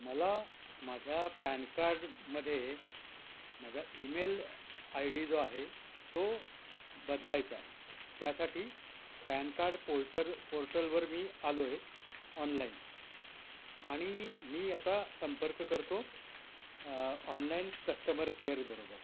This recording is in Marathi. मला माझ्या पॅन कार्डमधे माझा ईमेल आय डी जो आहे तो बदलायचा आहे त्यासाठी पॅन कार्ड पोर्टर पोर्टलवर मी आलो आहे ऑनलाईन आणि मी आता संपर्क करतो ऑनलाईन कस्टमर केअरबरोबर